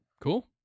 cool